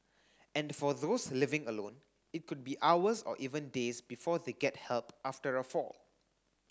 and for those living alone it could be hours or even days before they get help after a fall